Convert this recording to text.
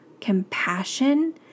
compassion